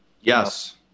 yes